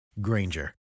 Granger